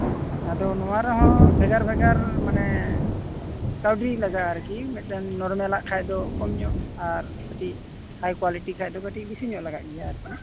ᱦᱮᱸ ᱟᱫᱚ ᱱᱚᱶᱟ ᱨᱮᱦᱚᱸ ᱵᱷᱮᱜᱟᱨ ᱵᱷᱮᱜᱟᱨ ᱢᱟᱱᱮ ᱠᱟᱣᱰᱤ ᱞᱟᱜᱟᱜᱼᱟ ᱟᱨᱠᱤ ᱢᱮᱫᱴᱟᱱ ᱱᱚᱨᱢᱟᱞᱟᱜ ᱠᱷᱟᱱ ᱫᱚ ᱠᱚᱢ ᱧᱚᱜ ᱟᱨ ᱠᱟ ᱴᱤᱡ ᱦᱟᱭ ᱠᱚᱣᱟᱞᱤᱴᱤ ᱠᱷᱟᱱ ᱫᱚ ᱠᱟ ᱴᱤᱡ ᱵᱤᱥᱤ ᱧᱚᱜ ᱞᱟᱜᱟᱜ ᱜᱮᱭᱟ ᱟᱨᱠᱤ